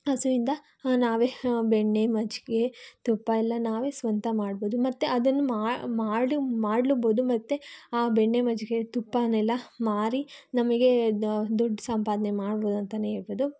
ಹಸುವಿಂದ ನಾವೇ ಬೆಣ್ಣೆ ಮಜ್ಜಿಗೆ ತುಪ್ಪ ಎಲ್ಲ ನಾವೇ ಸ್ವಂತ ಮಾಡಬಹುದು ಮತ್ತೆ ಅದನ್ನು ಮಾ ಮಾಡ ಮಾಡಲೂಬಹುದು ಮತ್ತೆ ಆ ಬೆಣ್ಣೆ ಮಜ್ಜಿಗೆ ತುಪ್ಪಾನೆಲ್ಲ ಮಾರಿ ನಮಗೆ ದುಡ್ಡು ಸಂಪಾದನೆ ಮಾಡಬಹುದು ಅಂತಲೇ ಹೇಳಬಹುದು